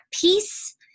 peace